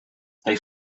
they